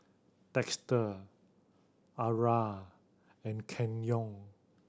Dexter Arah and Kenyon